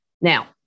Now